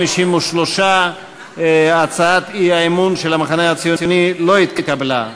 53. הצעת האי-אמון של המחנה הציוני לא התקבלה.